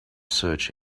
search